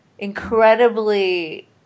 incredibly